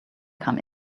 come